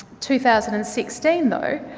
two thousand and sixteen, though,